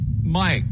Mike